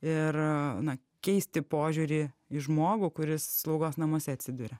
ir na keisti požiūrį į žmogų kuris slaugos namuose atsiduria